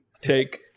take